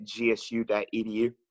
gsu.edu